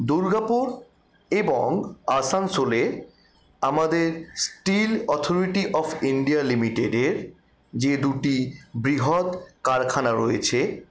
দুর্গাপুর এবং আসানসোলে আমাদের স্টিল অথোরিটি অফ ইন্ডিয়া লিমিটেডের যে দুটি বৃহৎ কারখানা রয়েছে